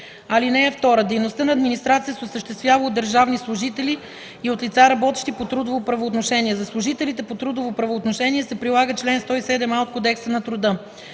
ал. 1, т. 1. (2) Дейността на администрацията се осъществява от държавни служители и от лица, работещи по трудово правоотношение. За служителите по трудово правоотношение се прилага чл. 107а от Кодекса на труда.